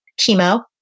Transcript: chemo